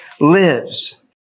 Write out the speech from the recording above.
lives